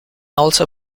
also